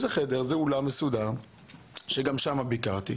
זה חדר, זה אולם מסודר וגם שם ביקרתי.